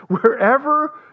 wherever